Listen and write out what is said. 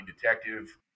detective